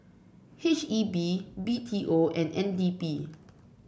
H E B B T O and N D P